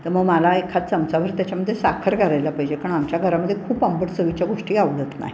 तर मग मला एखाद चमचाभर त्याच्यामध्ये साखर घालायला पाहिजे कारण आमच्या घरामध्ये खूप आंबट चवीच्या गोष्टी आवडत नाही